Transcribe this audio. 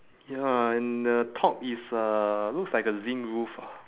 ya and the top is uh looks like a zinc roof ah